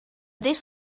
this